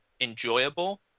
enjoyable